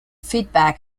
feedback